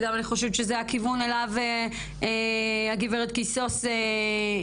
ואני חושבת שזה גם הכיוון אליו הגב' קיסוס התכוונה,